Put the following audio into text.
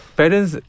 parents